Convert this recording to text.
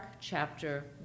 chapter